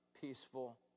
peaceful